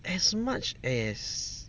as much as